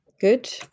Good